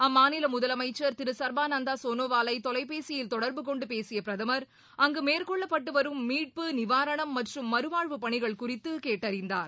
அம்மாநில முதலமைச்சர் திரு சர்பானந்தா சோனோவாவை தொவைபேசியில் தொடர்பு கொண்டு பேசிய பிரதமர் அங்கு மேற்கொள்ளப்பட்டு வரும் மீட்டு நிவாரணம் மற்றும் மறுவாழ்வு பணிகள் குறித்து கேட்டறிந்தார்